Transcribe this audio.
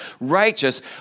righteous